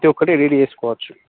ప్రతి ఒకటి ఎడిట్ చేసుకోవచ్చు